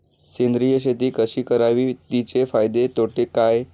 सेंद्रिय शेती कशी करावी? तिचे फायदे तोटे काय?